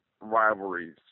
rivalries